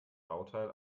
bauteil